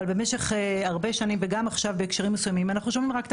אבל במשך הרבה שנים וגם עכשיו בהקשרים מסוימים אנחנו שומעים רק את